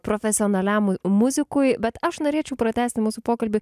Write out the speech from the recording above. profesionaliam muzikui bet aš norėčiau pratęsti mūsų pokalbį